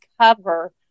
cover